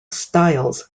styles